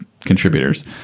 contributors